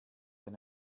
ein